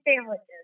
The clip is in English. sandwiches